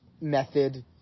method